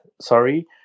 sorry